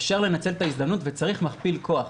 אפשר לנצל את ההזדמנות וצריך לזה מכפיל כוח.